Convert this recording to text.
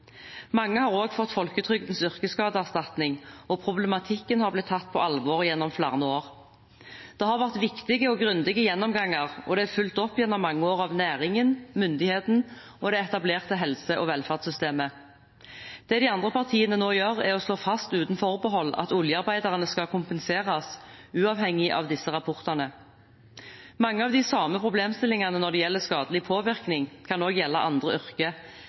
Mange har også fått folketrygdens yrkesskadeerstatning, og problematikken har blitt tatt på alvor gjennom flere år. Det har vært viktige og grundige gjennomganger, og det er fulgt opp gjennom mange år av næringen, myndighetene og det etablerte helse- og velferdssystemet. Det de andre partiene nå gjør, er å slå fast uten forbehold at oljearbeiderne skal kompenseres, uavhengig av disse rapportene. Mange av de samme problemstillingene når det gjelder skadelig påvirkning, kan også gjelde andre yrker,